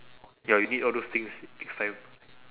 ya you need all those things next time